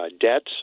debts